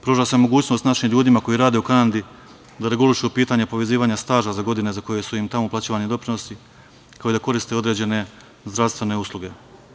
Pruža se mogućnost našim ljudima koji rade u Kanadi da regulišu pitanja povezivanja staža za godine za koje su im tamo uplaćivani doprinosi, kao i da koriste određene zdravstvene usluge.